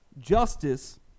justice